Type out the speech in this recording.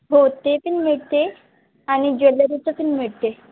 हो ते पण मिळते आणि ज्वेलरीचं पण मिळते